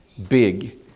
Big